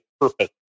purpose